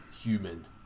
human